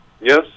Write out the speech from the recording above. Yes